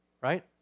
right